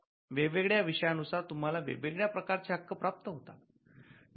वेगवेगळ्या विषयानुसार तुम्हाला वेगवेगळ्या प्रकारचे हक्क प्राप्त होत असतात